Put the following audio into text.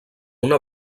una